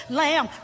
lamb